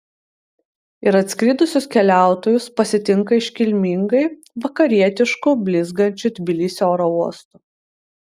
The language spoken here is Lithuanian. ir atskridusius keliautojus pasitinka iškilmingai vakarietišku blizgančiu tbilisio oro uostu